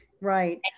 right